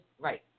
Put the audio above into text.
Right